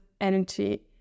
Energy